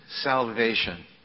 salvation